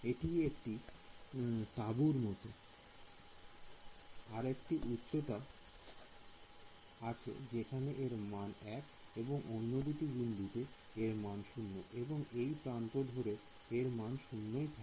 এটি একটি তাঁবুর মত আরেকটি উচ্চতা আছে যেখানে এর মান 1 এবং অন্য দুটি বিন্দুতে এর মান 0 এবং এই প্রান্ত ধরে এর মান 0 ই থাকে